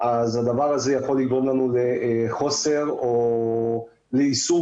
הדבר הזה יכול לגרום לנו לחוסר או לאיסור